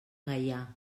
gaià